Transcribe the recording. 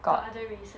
got other races